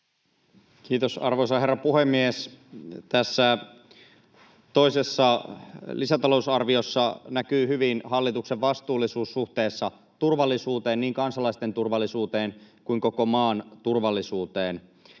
Kiitos, arvoisa herra puhemies! Tässä toisessa lisätalousarviossa näkyy hyvin hallituksen vastuullisuus suhteessa turvallisuuteen — niin kansalaisten turvallisuuteen kuin koko maan turvallisuuteen.